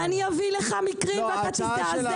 אני אביא לך מקרים, אתה תזדעזע.